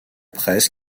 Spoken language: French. presse